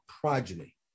progeny